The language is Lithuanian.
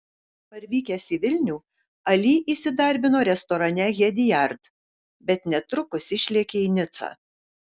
parvykęs į vilnių ali įsidarbino restorane hediard bet netrukus išlėkė į nicą